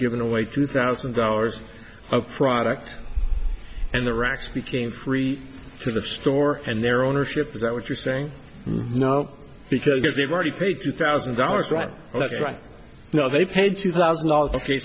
given away two thousand dollars of product and the racks became three to the store and their ownership is that what you're saying no because they've already paid two thousand dollars right that's right no they paid two thousand dollars ok